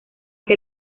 que